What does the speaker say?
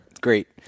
Great